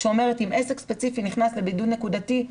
שאומרת שאם עסק ספציפי נכנס לבידוד נקודתי,